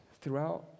throughout